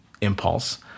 impulse